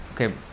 okay